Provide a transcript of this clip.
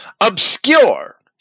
obscure